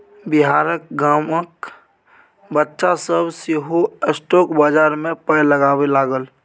बिहारक गामक बच्चा सभ सेहो स्टॉक बजार मे पाय लगबै लागल